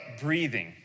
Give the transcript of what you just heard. breathing